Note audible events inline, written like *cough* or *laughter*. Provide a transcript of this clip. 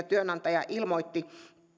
*unintelligible* työnantaja ilmoitti